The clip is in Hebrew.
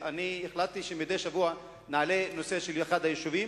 החלטתי שמדי שבוע נעלה את הנושא של אחד היישובים.